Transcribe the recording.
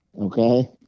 Okay